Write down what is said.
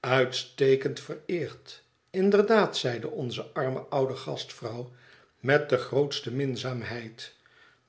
uitstekend vereerd inderdaad zeide onze arme oude gastvrouw met de grootste minzaamheid